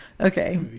Okay